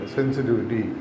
Sensitivity